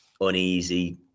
uneasy